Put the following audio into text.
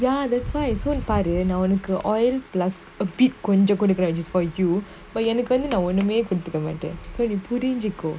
ya that's why so நீ பாரு நா ஒனக்கு:nee paaru na onaku oil plus a bit கொஞ்சோ குடுகுரன்:konjo kudukuran just for you but எனக்கு வந்து நா ஒண்ணுமே குடுத்துக மாட்டன்:enaku vanthu na onnume kuduthuka maatan so நீ புரிஞ்சிக்கோ:nee purinjiko